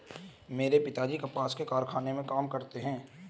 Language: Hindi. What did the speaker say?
मेरे पिताजी कपास के कारखाने में काम करते हैं